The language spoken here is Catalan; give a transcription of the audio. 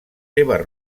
seves